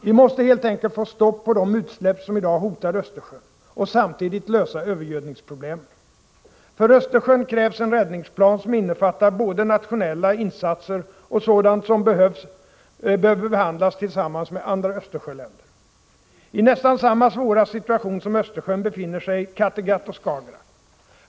Vi måste helt enkelt få stopp på de utsläpp som i dag hotar Östersjön och samtidigt lösa övergödningsproblemen. För Östersjön krävs en räddningsplan som innefattar både nationella insatser och sådant som behöver behandlas tillsammans med andra Östersjöländer. I nästan samma svåra situation som Östersjön befinner sig Kattegatt och Skagerrak.